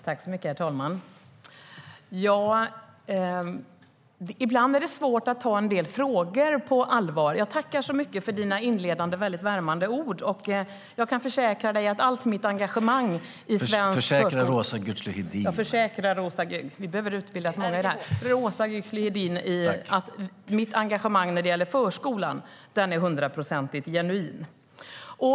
Herr talman! Ibland är det svårt att ta en del frågor på allvar. Jag tackar så mycket för dina inledande väldigt värmande ord. Jag kan försäkra dig att allt mitt engagemang när det gäller förskolan är hundraprocentigt genuint.(TALMANNEN: Försäkra Roza Güclü Hedin.